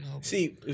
See